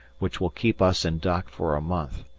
which will keep us in dock for a month,